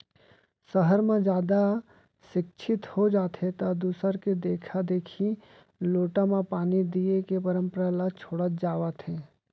सहर म जादा सिक्छित हो जाथें त दूसर के देखा देखी लोटा म पानी दिये के परंपरा ल छोड़त जावत हें